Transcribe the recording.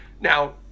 Now